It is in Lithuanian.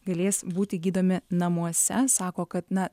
galės būti gydomi namuose sako kad na